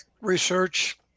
research